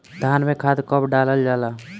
धान में खाद कब डालल जाला?